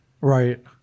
Right